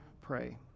pray